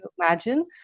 imagine